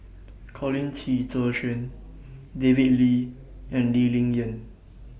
Colin Qi Zhe Quan David Lee and Lee Ling Yen